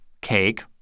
cake